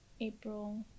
April